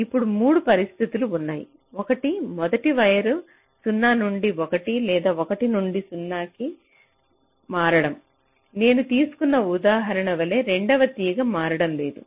ఇప్పుడు 3 పరిస్థితులు ఉన్నాయి ఒకటి మొదటి వైర్ 0 నుండి 1 లేదా 1 నుండి 0 వరకు మారడం నేను తీసుకున్న ఉదాహరణ వలె రెండవ తీగ మారడం లేదు